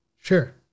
Sure